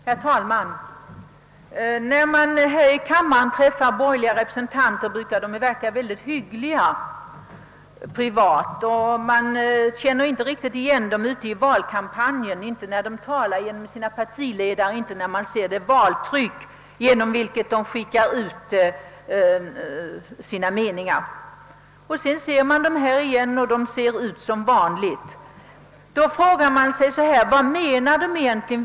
Herr talman! När man här i riksdagen träffar representanter för de borgerliga partierna brukar de verka väldigt hyggliga. Man känner inte riktigt igen dem i valkampanjerna, vare sig de talar genom sina partiledare eller ger uttryck för sin uppfattning i t.ex. valbroschyrer. Då man sedan möter dem här efter valet ser de ut som vanligt. Man måste därför fråga sig: Vad menar de egentligen?